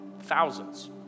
Thousands